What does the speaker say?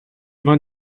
vingt